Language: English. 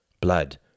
blood